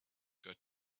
got